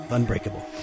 Unbreakable